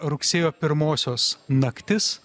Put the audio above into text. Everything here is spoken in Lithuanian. rugsėjo pirmosios naktis